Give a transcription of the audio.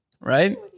right